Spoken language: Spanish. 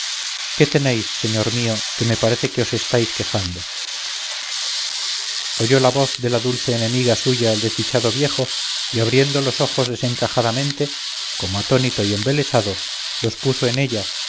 qué tenéis señor mío que me parece que os estáis quejando oyó la voz de la dulce enemiga suya el desdichado viejo y abriendo los ojos desencajadamente como atónito y embelesado los puso en ella